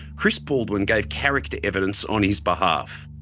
chris baldwin gave character evidence on his behalf.